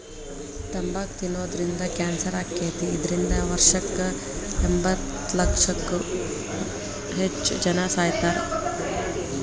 ತಂಬಾಕ್ ತಿನ್ನೋದ್ರಿಂದ ಕ್ಯಾನ್ಸರ್ ಆಕ್ಕೇತಿ, ಇದ್ರಿಂದ ವರ್ಷಕ್ಕ ಎಂಬತ್ತಲಕ್ಷಕ್ಕೂ ಹೆಚ್ಚ್ ಜನಾ ಸಾಯಾಕತ್ತಾರ